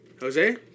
Jose